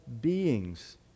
beings